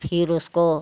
फिर उसको